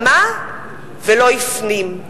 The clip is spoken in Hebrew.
שמע ולא הפנים.